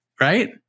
Right